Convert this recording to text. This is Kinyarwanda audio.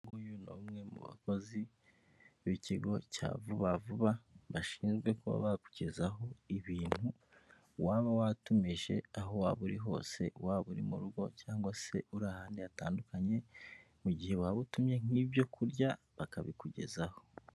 Uyu ni umwe mu bakozi b'ikigo cya vuba vuba bashinzwe kuba bakugezaho ibintu, waba watumije aho waba uri hose, waba uri mu rugo cyangwa se uri ahantu hatandukanye mu gihe waba utumye nk'ibyo kurya bakabikugezaho.